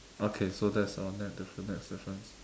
okay so that's our next difference next difference